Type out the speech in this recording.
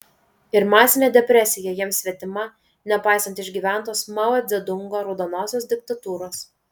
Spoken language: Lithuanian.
ir masinė depresija jiems svetima nepaisant išgyventos mao dzedungo raudonosios diktatūros